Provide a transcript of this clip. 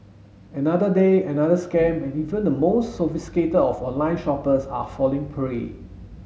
another day another scam and even the most sophisticated of online shoppers are falling prey